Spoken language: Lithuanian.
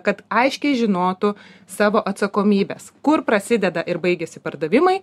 kad aiškiai žinotų savo atsakomybes kur prasideda ir baigiasi pardavimai